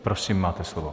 Prosím, máte slovo.